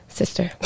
sister